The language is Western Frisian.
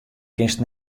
kinst